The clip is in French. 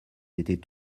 étaient